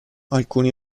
alcuni